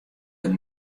der